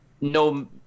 no